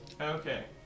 Okay